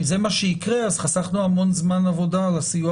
אם זה מה שיקרה אז חסכנו המון זמן עבודה על הסיוע